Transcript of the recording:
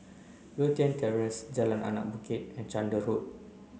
Lothian Terrace Jalan Anak Bukit and Chander Road